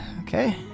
Okay